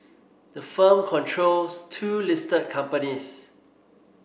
the firm controls two listed companies